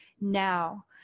now